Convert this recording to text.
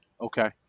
Okay